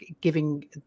giving